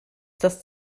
das